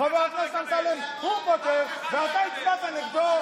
חבר הכנסת אבו שחאדה, הייתה קריאת ביניים.